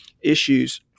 issues